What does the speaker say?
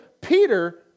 Peter